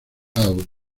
out